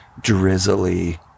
drizzly